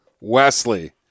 Wesley